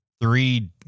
three